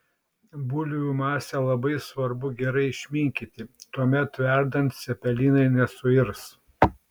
bulvių masę labai svarbu gerai išminkyti tuomet verdant cepelinai nesuirs